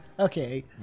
Okay